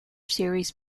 series